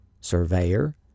Surveyor